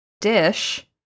dish